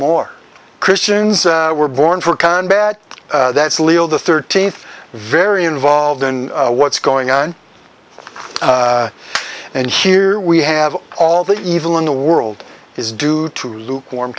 more christians were born for con bad that's leo the thirteenth very involved in what's going on and here we have all the evil in the world is due to lukewarm